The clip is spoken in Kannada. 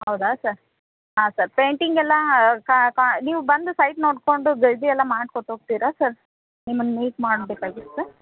ಹೌದಾ ಸರ್ ಹಾಂ ಸರ್ ಪೇಂಟಿಂಗೆಲ್ಲಾ ಕಾ ಕಾ ನೀವು ಬಂದು ಸೈಟ್ ನೋಡ್ಕೊಂಡು ಜಲ್ದಿ ಎಲ್ಲ ಮಾಡ್ಕೊಟ್ಟು ಹೋಗ್ತಿರ ಸರ್ ನಿಮ್ಮನ್ನ ಮೀಟ್ ಮಾಡಬೇಕಾಗುತ್ತಾ